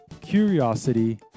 curiosity